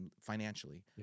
financially